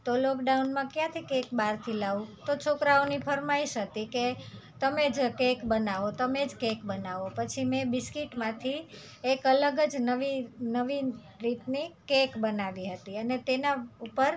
તો લોકડાઉનમાં ક્યાંથી કેક બહારથી લાવું તો છોકરાઓની ફરમાઈશ હતી કે તમે જ કેક બનાવો તમે જ કેક બનાવો પછી મેં બિસ્કીટમાંથી એક અલગ જ નવી નવીન રીતની કેક બનાવી હતી અને તેના ઉપર